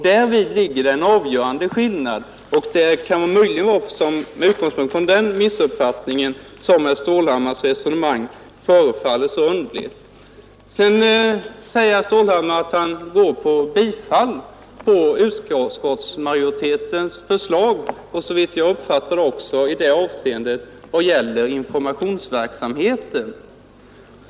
Däri ligger en avgörande skillnad. Det kan möjligen vara den missuppfattningen som gör att herr Stålhammars resonemang förefaller så underligt. Om jag uppfattade rätt yrkade sedan herr Stålhammar bifall till utskottsmajoritetens förslag också när det gäller informationsverksamheten.